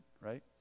right